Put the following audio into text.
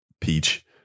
Peach